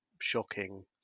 shocking